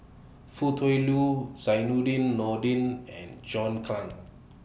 Foo Tui Liew Zainudin Nordin and John Clang